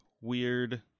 weird